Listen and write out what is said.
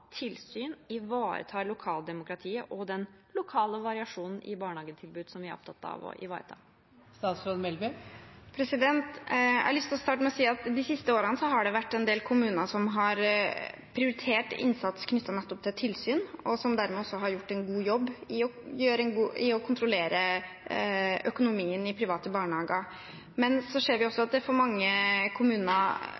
tilsyn skal ivareta lokaldemokratiet og den lokale variasjonen i barnehagetilbudet, som vi er opptatt av å ivareta? Jeg har lyst til å starte med å si at de siste årene har det vært en del kommuner som har prioritert innsats knyttet til nettopp tilsyn, og som dermed har gjort en god jobb med å kontrollere økonomien i private barnehager. Men vi ser også